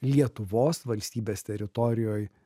lietuvos valstybės teritorijoj